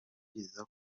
byiza